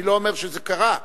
אני לא אומר שזה קרה,